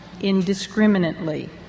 indiscriminately